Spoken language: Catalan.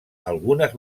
algunes